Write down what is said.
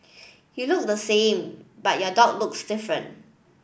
you look the same but your dog looks different